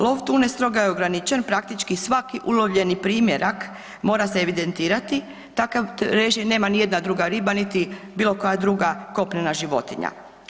Lov tune strogo je ograničen, praktički ulovljeni primjerak mora se evidentirati, takav režim nema niti jedna druga riba, niti bilo koja druga kopnena životinja.